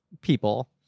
people